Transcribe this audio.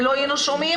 אם לא היינו שומעים,